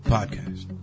Podcast